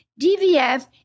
DVF